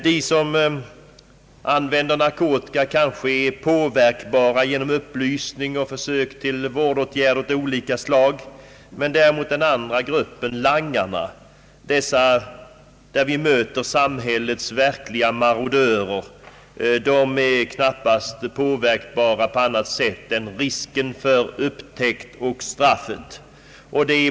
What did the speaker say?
De som använder narkotika är kanske påverkbara genom upplysning och försök till vårdåtgärder av olika slag, medan däremot den andra gruppen — langarna — utgör samhällets verkliga marodörer, som knappast påverkas av annat än risken för upptäckt och straff.